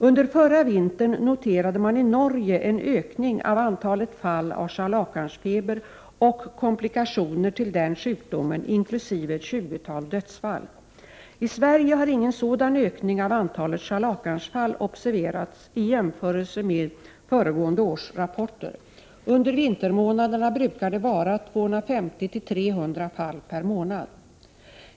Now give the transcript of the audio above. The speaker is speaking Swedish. Under förra vintern noterade man i Norge en ökning av antalet fall av scharlakansfeber och komplikationer till den sjukdomen inkl. ett tjugotal dödsfall. I Sverige har ingen sådan ökning av antalet scharlakansfall observerats i jämförelse med föregående års rapporter. Under vintermånaderna brukar det vara 250-300 fall per månad.